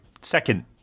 second